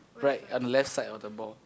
right on left side of the ball